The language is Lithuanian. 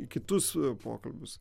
į kitus pokalbius